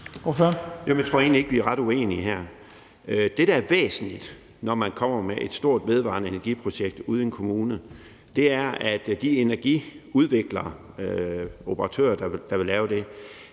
Jeg tror egentlig ikke, vi er ret uenige her. Det, der er væsentligt, når man kommer med et stort vedvarende energi-projekt ude i en kommune, er, at de energiudviklere og operatører, der vil lave det,